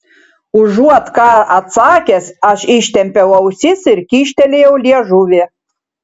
užuot ką atsakęs aš ištempiau ausis ir kyštelėjau liežuvį